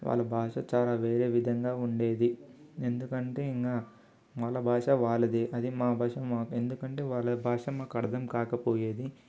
వాళ్ళ భాష చాలా వేరే విధంగా ఉండేది ఎందుకంటే ఇంక వాళ్ళ భాష వాళ్ళది అది మా భాష మాకు ఎందుకంటే వాళ్ళ భాష మాకు అర్థంకాకపోయేది